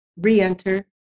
re-enter